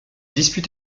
dispute